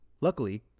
Luckily